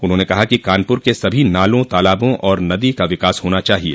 उन्होंने कहा कि कानपुर के सभी नाला तालाबों और नदी का विकास होना चाहिये